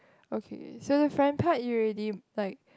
okay so the front part you already like